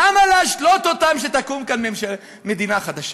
למה להשלות אותם שתקום כאן מדינה חדשה?